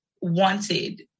wanted